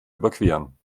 überqueren